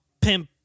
Pimp